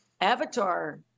Avatar